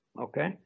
okay